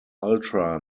ultra